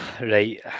Right